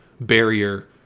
barrier